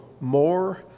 more